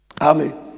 Amen